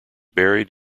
buried